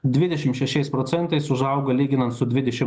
dvidešim šešiais procentais užaugo lyginant su dvidešim